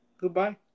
goodbye